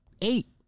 eight